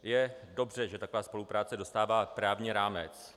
Je dobře, že taková spolupráce dostává právní rámec.